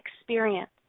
experience